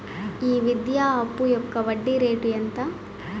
ఈ విద్యా అప్పు యొక్క వడ్డీ రేటు ఎంత?